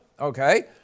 Okay